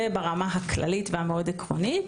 זה ברמה הכללית והעקרונית.